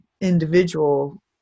individual